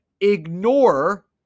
ignore